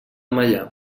meià